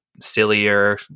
sillier